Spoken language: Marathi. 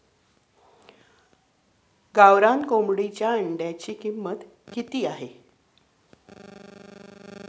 गावरान कोंबडीच्या अंड्याची किंमत किती आहे?